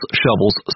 shovels